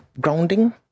grounding